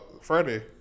Friday